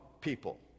people